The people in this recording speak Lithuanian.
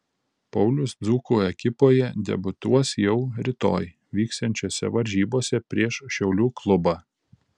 paulius dzūkų ekipoje debiutuos jau rytoj vyksiančiose varžybose prieš šiaulių klubą